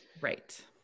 Right